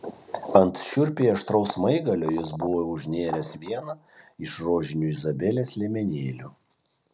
ant šiurpiai aštraus smaigalio jis buvo užnėręs vieną iš rožinių izabelės liemenėlių